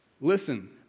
Listen